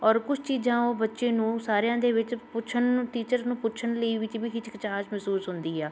ਔਰ ਕੁਛ ਚੀਜ਼ਾਂ ਉਹ ਬੱਚੇ ਨੂੰ ਸਾਰਿਆਂ ਦੇ ਵਿੱਚ ਪੁੱਛਣ ਨੂੰ ਟੀਚਰ ਨੂੰ ਪੁੱਛਣ ਲਈ ਵੀ ਵਿੱਚ ਹਿਚਕਚਾਹਟ ਮਹਿਸੂਸ ਹੁੰਦੀ ਆ